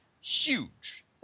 huge